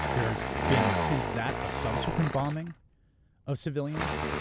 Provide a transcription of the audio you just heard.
there has been since that a subsequent bombing of civilians,